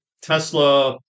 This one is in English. Tesla